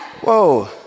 whoa